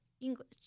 English